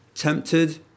Tempted